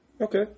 Okay